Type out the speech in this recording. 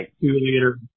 two-liter